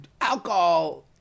alcohol